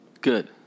Good